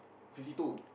fifty two